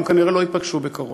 הם כנראה לא ייפגשו בקרוב.